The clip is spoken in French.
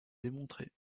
démontré